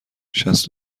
شصت